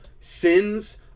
sins